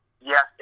yes